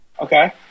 Okay